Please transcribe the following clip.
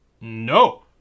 No